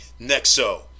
Nexo